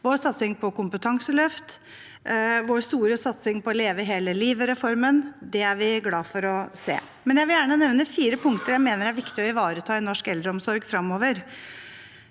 vår satsing på kompetanseløft, vår store satsing på leve hele livet-reformen. Det er vi glad for å se. Jeg vil gjerne nevne fire punkter jeg mener det er viktig å ivareta i norsk eldreomsorg